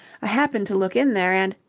i happened to look in there and.